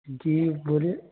جی بولیے